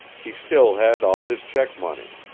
he still had all his check money.